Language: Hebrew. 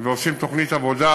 ועושים תוכנית עבודה,